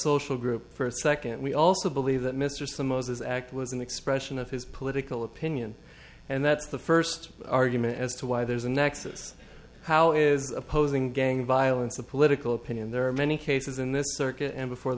social group for a second we also believe that mr summers is act was an expression of his political opinion and that's the first argument as to why there's a nexus how is opposing gang violence a political opinion there are many cases in this circuit and before